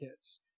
kids